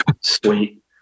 sweet